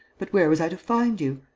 but where was i to find you.